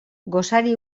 gosari